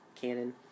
canon